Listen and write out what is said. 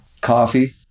coffee